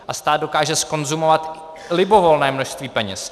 A stát dokáže zkonzumovat libovolné množství peněz.